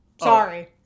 sorry